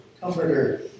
comforter